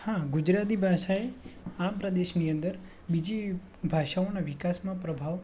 હા ગુજરાતી ભાષાએ આપણા દેશની અંદર બીજી ભાષાઓના વિકાસમાં પ્રભાવ